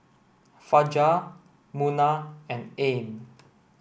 Fajar Munah and Ain